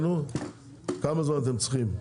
כמה זמן אתם צריכים?